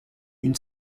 une